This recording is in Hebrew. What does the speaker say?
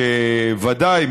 שוודאי,